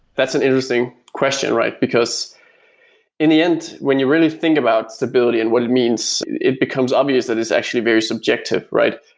that's an interesting question, right? because in the end when you really think about stability and what it means, it becomes obvious that it's actually a very subjective, right?